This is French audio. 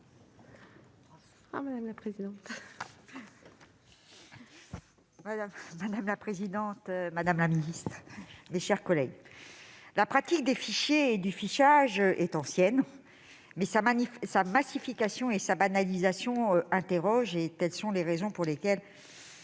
Madame la présidente, madame la ministre, mes chers collègues, la pratique des fichiers et du fichage est ancienne, mais sa massification et sa banalisation suscitent des interrogations. C'est pourquoi